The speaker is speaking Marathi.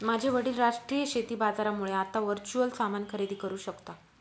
माझे वडील राष्ट्रीय शेती बाजारामुळे आता वर्च्युअल सामान खरेदी करू शकता